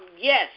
Yes